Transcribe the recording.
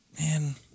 man